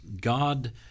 God